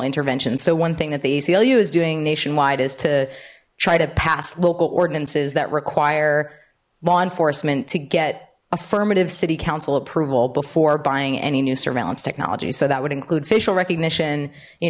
interventions so one thing that the aclu is doing nationwide is to try to pass local ordinances that require law enforcement to get affirmative city council approval before buying any new surveillance technology so that would include facial recognition you